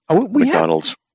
McDonald's